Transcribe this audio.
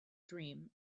dream